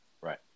Right